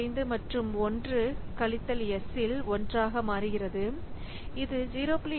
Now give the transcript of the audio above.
25 மற்றும் 1 கழித்தல் S இல் 1 ஆக மாறுகிறது இது 0